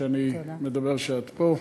זו פעם ראשונה שאני מדבר כשאת פה.